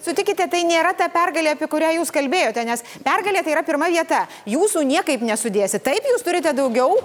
sutikite tai nėra ta pergalė apie kurią jūs kalbėjote nes pergalė tai yra pirma vieta jūsų niekaip nesudėsi taip jūs turite daugiau